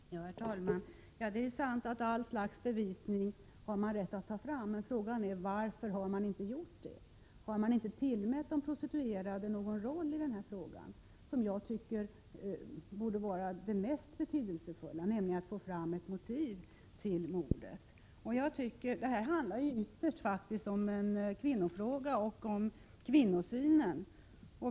Herr talman! Det är sant att åklagaren har rätt att ta fram allt slags bevisning. Men frågan är varför så inte har skett. Har inte de prostituerade tillmätts någon rolli den här frågan? Det mest betydelsefulla borde ju vara att få fram ett motiv för mordet. Ytterst handlar det om en kvinnofråga och om kvinnosynen.